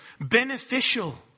beneficial